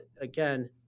again